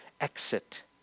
exit